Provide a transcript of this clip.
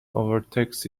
overtakes